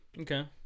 Okay